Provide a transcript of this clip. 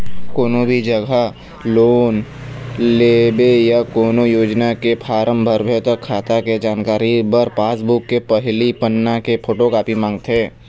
कोनो भी जघा लोन लेबे या कोनो योजना के फारम भरबे त खाता के जानकारी बर पासबूक के पहिली पन्ना के फोटोकापी मांगथे